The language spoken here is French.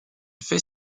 fait